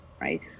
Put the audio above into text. right